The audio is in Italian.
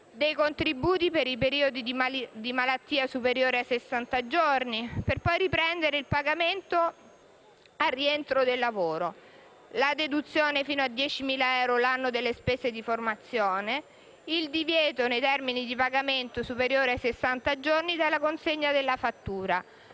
dei contributi per i periodi di malattia superiori a sessanta giorni, per poi riprendere il pagamento al rientro dal lavoro; la deduzione fino a 10.000 euro l'anno delle spese di formazione, il divieto nei termini di pagamento superiori ai sessanta giorni dalla consegna della fattura;